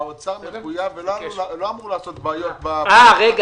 האוצר מחויב והוא לא אמור לעשות בעיות --- רגע,